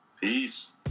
Peace